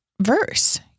verse